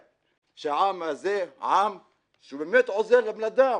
שהעם הזה עם שבאת עוזר לבן אדם,